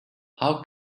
how